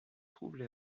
trouvent